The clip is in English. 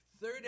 Third